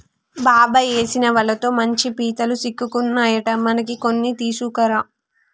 బాబాయ్ ఏసిన వలతో మంచి పీతలు సిక్కుకున్నాయట మనకి కొన్ని తీసుకురా